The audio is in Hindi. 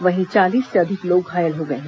वहीं चालीस से अधिक लोग घायल हो गए हैं